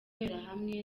hamwe